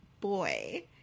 boy